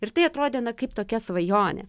ir tai atrodė na kaip tokia svajonė